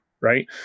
right